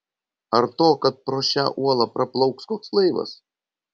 ar to kad pro šią uolą praplauks koks laivas